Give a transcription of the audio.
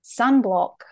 sunblock